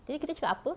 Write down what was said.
tadi kita cakap apa